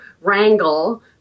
wrangle